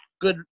good